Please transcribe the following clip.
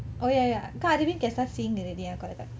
oh ya ya because aravind can start seeing already ya correct correct